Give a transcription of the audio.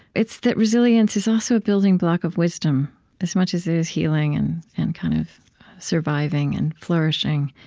it's that resilience is also a building block of wisdom as much as it is healing and and kind of surviving and flourishing.